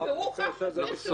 והוא חף מפשע.